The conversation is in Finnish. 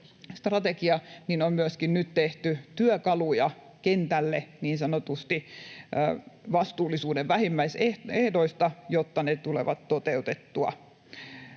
strategia, on myöskin nyt tehty työkaluja — ”kentälle”, niin sanotusti — vastuullisuuden vähimmäisehdoista, jotta ne tulevat toteutettua.